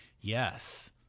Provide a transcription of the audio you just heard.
Yes